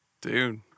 dude